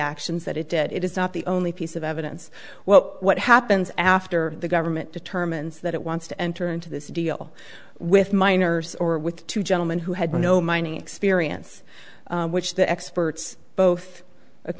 actions that it did it is not the only piece of evidence well what happens after the government determines that it wants to enter into this deal with miners or with two gentlemen who had no mining experience which the experts both